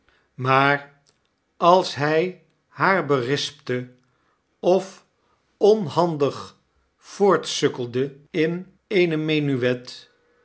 maar als hy haar berispte f f onhandig voortsukkelde in eene menuet